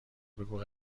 بگو